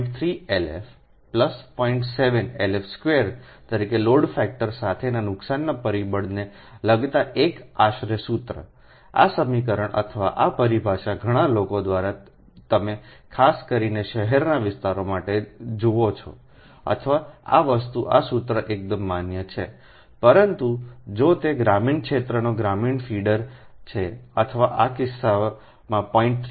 7 2 તરીકે load factor સાથેના નુકસાનના પરિબળને લગતા એક આશરે સૂત્રઆ સમીકરણ અથવા આ પરિભાષા ઘણા લોકો દ્વારા તમે ખાસ કરીને શહેરના વિસ્તારો માટે જાણો છો અથવા આ વસ્તુ આ સૂત્ર એકદમ માન્ય છે પરંતુ જો તે ગ્રામીણ ક્ષેત્રનો ગ્રામીણ ફીડર છે અથવા આ કિસ્સામાં 0